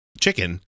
chicken